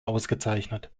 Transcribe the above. ausgezeichnet